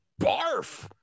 barf